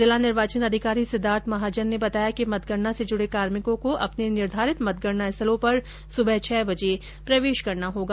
जिला निर्वाचन अधिकारी सिद्धार्थ महाजन ने बताया कि मतगणना से जुडे कार्मिकों को अपने निर्धारित मतगणना स्थलों पर सुबह छह बजे प्रवेश करना होगा